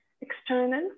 external